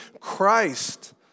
Christ